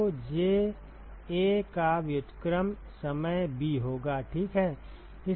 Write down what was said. तो J A का व्युत्क्रम समय b होगा ठीक है